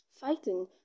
fighting